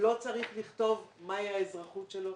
שלא צריך לכתוב מהי האזרחות שלך.